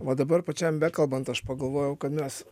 o dabar pačiam bekalbant aš pagalvojau kad mes